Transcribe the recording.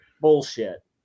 Bullshit